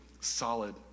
solid